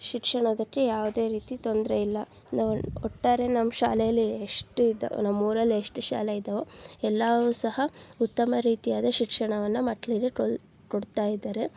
ಶಿಕ್ಷಣಕ್ಕೆ ಯಾವುದೇ ರೀತಿ ತೊಂದರೆ ಇಲ್ಲ ನಾವು ಒಟ್ಟಾರೆ ನಮ್ಮ ಶಾಲೇಲಿ ಎಷ್ಟು ಇದ್ದ ನಮ್ಮ ಊರಲ್ಲಿ ಎಷ್ಟು ಶಾಲೆ ಇದವೋ ಎಲ್ಲವೂ ಸಹ ಉತ್ತಮ ರೀತಿಯಾದ ಶಿಕ್ಷಣವನ್ನು ಮಕ್ಕಳಿಗೆ ಕಲ್ ಕೊಡ್ತಾ ಇದ್ದಾರೆ